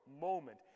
moment